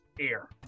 air